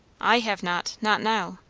i have not. not now.